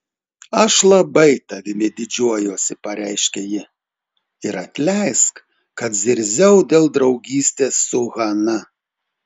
aš labai tavimi didžiuojuosi pareiškė ji ir atleisk kad zirziau dėl draugystės su hana